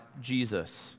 Jesus